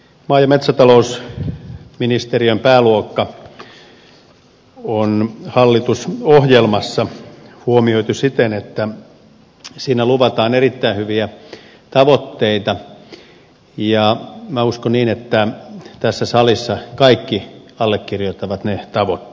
maa ja metsätalousministeriön pääluokka on hallitusohjelmassa huomioitu siten että siinä luvataan erittäin hyviä tavoitteita ja minä uskon että tässä salissa kaikki allekirjoittavat ne tavoitteet